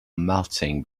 melting